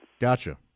Gotcha